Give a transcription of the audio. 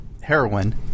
heroin